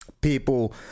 people